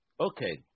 okay